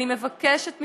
אני מבקשת מכם,